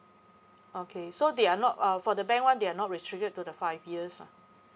okay so they are not uh for the bank one they are not restricted to the five years lah